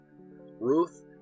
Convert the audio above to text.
Ruth